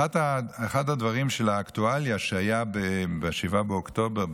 אחד הדברים האקטואליים שהיו ב-7 באוקטובר,